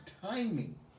timing